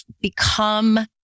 become